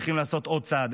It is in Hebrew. צריכים לעשות עוד צעד,